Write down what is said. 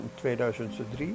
2003